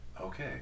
okay